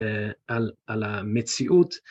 ‫על ...על..המציאות.